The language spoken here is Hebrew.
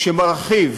שמרחיב